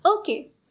Okay